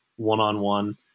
one-on-one